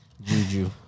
Juju